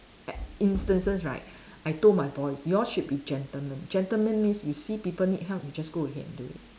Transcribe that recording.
a~ instances right I told my boys you all should be gentlemen gentlemen means you see people need help you just go ahead and do it